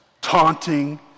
taunting